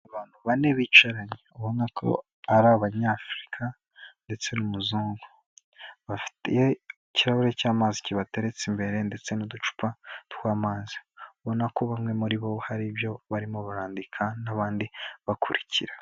Abantu bane bicaranye, ubona ko ari Abanyafurika ndetse n'umuzungu, bafite ikirahure cy'amazi kibateretse imbere ndetse n'uducupa tw'amazi, ubona ko bamwe muri bo hari ibyo barimo barandika n'abandi bakurikira.